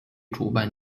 主办